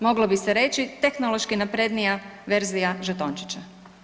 Moglo bi se reći tehnološki naprednija verzija žetončića.